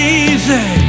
easy